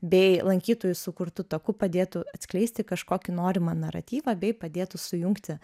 bei lankytojų sukurtu taku padėtų atskleisti kažkokį norimą naratyvą bei padėtų sujungti